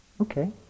okay